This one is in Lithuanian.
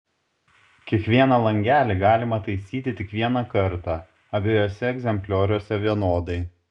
kiekvieną langelį galima taisyti tik vieną kartą abiejuose egzemplioriuose vienodai